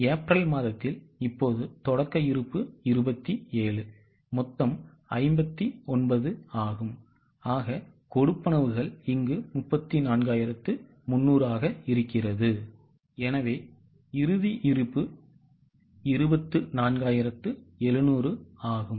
ஆக ஏப்ரல் மாதத்தில் இப்போது தொடக்க இருப்பு 27 மொத்தம் 59 ஆகும்கொடுப்பனவுகள் 34300 எனவே இறுதி இருப்பு 24700 ஆகும்